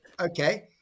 okay